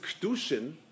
Kedushin